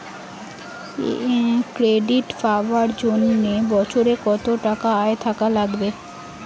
Credit পাবার জন্যে বছরে কত টাকা আয় থাকা লাগবে?